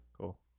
cool